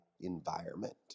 environment